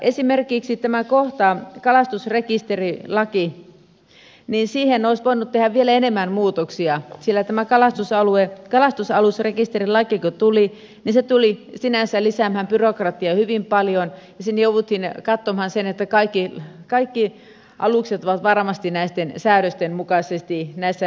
esimerkiksi tähän kohtaan kalastusalusrekisterilaki olisi voitu tehdä vielä enemmän muutoksia sillä kun tämä kalastusalusrekisterilaki tuli niin se tuli sinänsä lisäämään byrokratiaa hyvin paljon ja siinä jouduttiin katsomaan sitä että kaikki alukset ovat varmasti näitten säädösten mukaisesti näissä rekistereissä matkassa